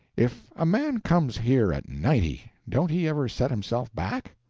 if a man comes here at ninety, don't he ever set himself back?